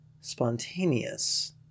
spontaneous